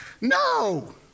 No